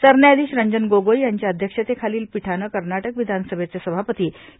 सरन्यायाधीश रंजन गोगोई यांच्या अध्यक्षतेखालच्या पीठानं कर्नाटक विधानसभेचे सभापती के